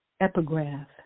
Epigraph